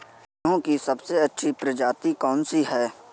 गेहूँ की सबसे अच्छी प्रजाति कौन सी है?